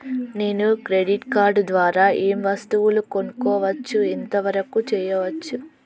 నేను credit card ద్వారా ఏం వస్తువులు కొనుక్కోవచ్చు ఎంత వరకు చేయవచ్చు?